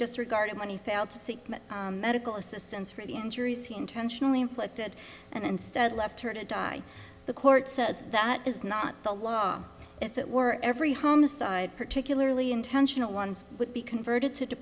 seek medical assistance for the injuries he intentionally inflicted and instead left her to die the court says that is not the law if it were every homicide particularly intentional ones would be converted to